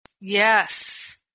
Yes